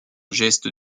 geste